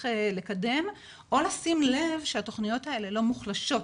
לקדם או לשים לב שהתכניות האלה לא מוחלשות,